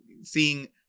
seeing